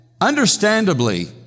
understandably